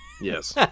yes